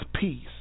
peace